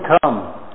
come